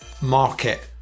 market